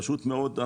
פשוט מאוד.